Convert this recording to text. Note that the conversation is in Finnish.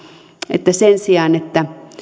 että sen sijaan että